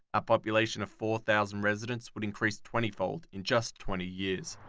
ah population of four thousand residents would increase twenty fold in just twenty years.